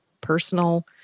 personal